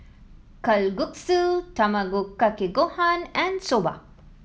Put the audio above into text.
Kalguksu Tamago Kake Gohan and Soba